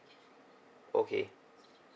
okay